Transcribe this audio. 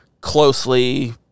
closely